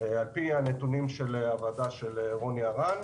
על פי הנתונים של הוועדה למדרוג של רוני ארן,